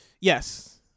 yes